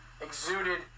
exuded